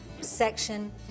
section